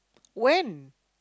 when